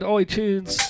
iTunes